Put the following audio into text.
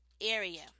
area